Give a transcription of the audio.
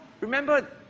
remember